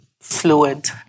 fluid